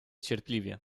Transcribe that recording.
cierpliwie